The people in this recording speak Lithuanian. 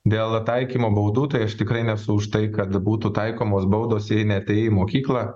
dėl taikymo baudų tai aš tikrai nesu už tai kad būtų taikomos baudos jei neatėjai mokyklą